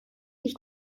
ich